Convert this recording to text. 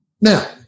Now